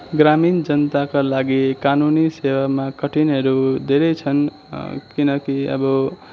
ग्रामीण जनताका लागि कानुनी सेवामा कठिनहरू धेरै छन् किनकि अब